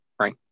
Right